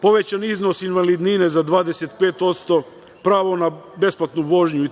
povećan iznos invalidnine za 25%, pravo na besplatnu vožnju